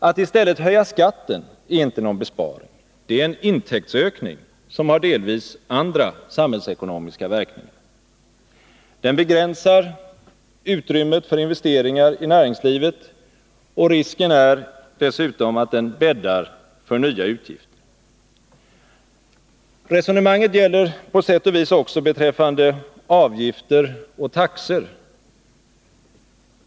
Att i stället höja skatten är inte någon besparing — det är en intäktsökning, som har delvis andra samhällsekonomiska verkningar. Den begränsar utrymmet för investeringar i näringslivet, och risken är dessutom att den bäddar för nya utgifter. Resonemanget gäller på sätt och vis också beträffande avgifter och taxor.